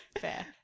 Fair